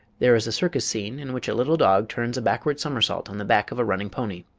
there is a circus scene in which a little dog turns a backward somersault on the back of a running pony.